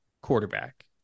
quarterback